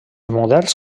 moderns